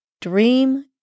Dream